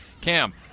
Cam